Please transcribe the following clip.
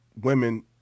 women